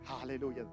Hallelujah